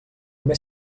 més